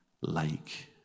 lake